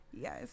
Yes